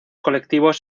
colectivos